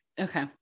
Okay